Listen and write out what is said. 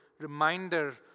reminder